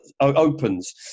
opens